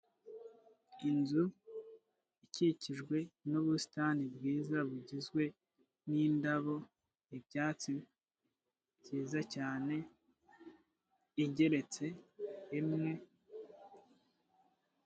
Inzu ikikijwe n'ubusitani bwiza bugizwe n'indabo, ibyatsi byiza cyane igeretse rimwe ...